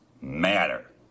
matter